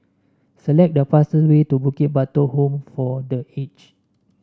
select the fastest way to Bukit Batok Home for The Aged